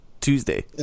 Tuesday